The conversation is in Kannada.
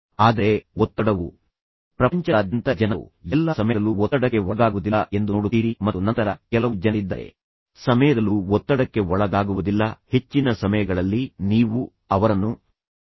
ಆದರೆ ಒತ್ತಡವು ತುಂಬಾ ಸಾಮಾನ್ಯವಾದ ವಿಷಯವಾಗಿದೆ ಎಂದು ನಾನು ನಿಮಗೆ ಹೇಳಿದಾಗ ನೀವು ಪ್ರಪಂಚದಾದ್ಯಂತ ಜನರು ಎಲ್ಲಾ ಸಮಯದಲ್ಲೂ ಒತ್ತಡಕ್ಕೆ ಒಳಗಾಗುವುದಿಲ್ಲ ಎಂದು ನೋಡುತ್ತೀರಿ ಮತ್ತು ನಂತರ ಕೆಲವು ಜನರಿದ್ದಾರೆ ಹೆಚ್ಚಿನ ಸಮಯಗಳಲ್ಲಿ ನೀವು ಅವರನ್ನು ತುಂಬಾ ಹರ್ಷಚಿತ್ತದಿಂದ ತುಂಬಾ ಸ್ಪೂರ್ತಿದಾಯಕ ತುಂಬಾ ಪ್ರೋತ್ಸಾಹದಾಯಕ ಮತ್ತು ತುಂಬಾ ಉತ್ಸಾಹಭರಿತವಾಗಿ ನೋಡುತ್ತೀರಿ